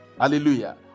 Hallelujah